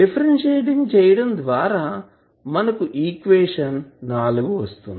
differentiating చేయడం ద్వారా మనకు ఈక్వేషన్ వస్తుంది